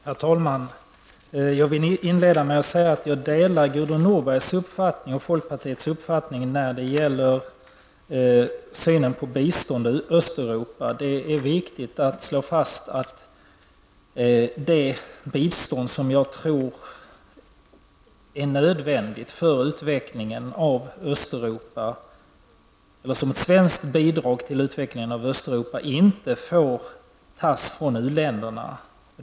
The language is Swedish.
Herr talman! Jag vill inleda med att säga att jag delar folkpartiets uppfattning när det gäller biståndet till Östeuropa. Det är viktigt att slå fast att svenskt bidrag till utvecklingen i Östeuropa inte får tas från u-länderna.